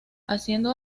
haciendo